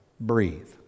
breathe